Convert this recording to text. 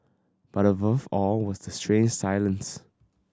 but above all was the strange silence